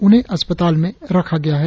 उन्हें अस्पताल में रखा गया है